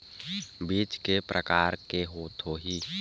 बीज के प्रकार के होत होही?